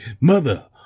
mother